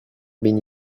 been